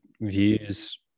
views